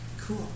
cool